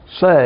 say